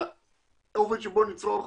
באופן שבו נצרוך